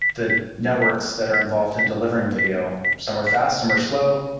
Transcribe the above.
the networks that are involved in delivering video. some are fast, some are slow.